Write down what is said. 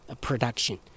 production